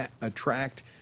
attract